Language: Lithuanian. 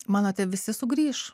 manote visi sugrįš